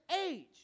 age